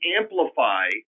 amplify